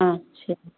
अच्छा